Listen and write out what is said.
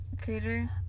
creator